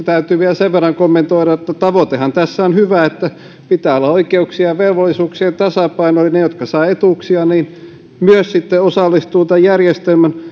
täytyy vielä sen verran kommentoida että tavoitehan tässä on hyvä se että pitää olla oikeuksien ja velvollisuuksien tasapaino ne jotka saavat etuuksia myös sitten osallistuvat tämän järjestelmän